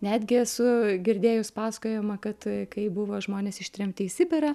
netgi esu girdėjus pasakojimą kad kai buvo žmonės ištremti į sibirą